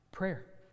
prayer